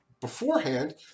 beforehand